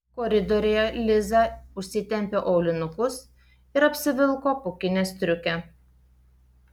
koridoriuje liza užsitempė aulinukus ir apsivilko pūkinę striukę